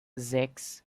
sechs